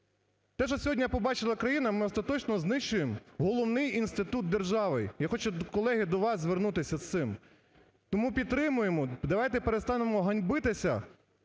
Те, що сьогодні побачила країна, ми остаточно знищуємо головний інститут держави. Я хочу, колеги, до вас звернутися з цим. Тому підтримуємо. Давайте перестанемо ганьбитися